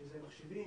שזה מחשבים,